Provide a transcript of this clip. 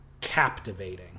captivating